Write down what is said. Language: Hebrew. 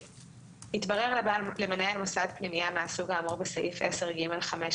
(ה)התברר למנהל מוסד פנימייה מהסוג האמור בסעיף 10(ג)(5)